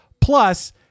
Plus